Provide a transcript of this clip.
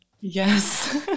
Yes